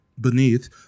beneath